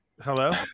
hello